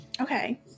Okay